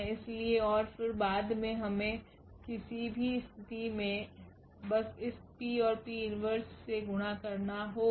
इसलिए और फिर बाद में हमें किसी भी स्थिति में बस इस P और P 1 से गुणा करना होगा